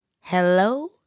hello